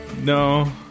No